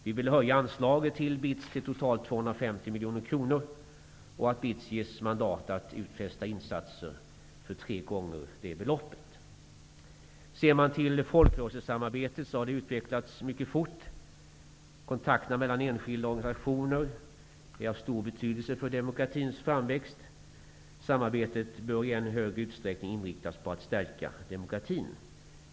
Vi vill höja anslaget till BITS till totalt 250 miljoner kronor. Vi vill också att BITS ges mandat att utfästa insatser för tre gånger det beloppet. Folkrörelsesamarbetet har utvecklats mycket fort. Kontakterna mellan enskilda organisationer är av stor betydelse för demokratins framväxt. Samarbetet bör i än högre grad inriktas på att stärka demokratin.